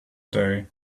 day